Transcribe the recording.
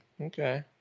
Okay